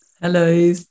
Hello